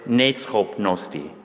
neschopnosti